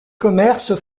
commerces